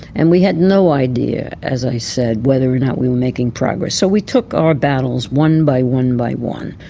and we had no idea, as i said, whether or not we were making progress. so we took our battles one by one by one.